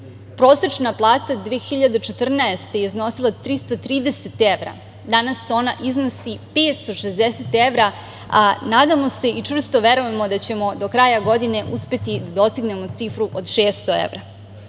Prosečna plata 2014. godini iznosila je 330 evra, danas ona iznosi 560 evra, a nadamo se i čvrsto verujemo, do kraja godine uspeti da dostignemo cifru od 600 evra,